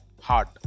heart